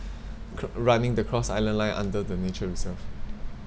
c~ running the cross island line under the nature reserve